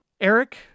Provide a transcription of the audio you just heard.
Eric